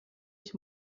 ich